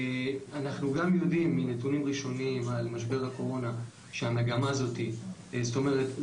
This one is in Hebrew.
אנחנו גם יודעים מנתונים ראשוניים על משבר הקורונה שהמגמה הזאת החריפה.